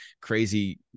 crazy